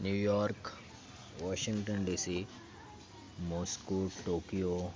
New York Washington DC Moscow Tokyo